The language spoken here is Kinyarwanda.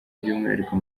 by’umwihariko